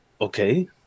Okay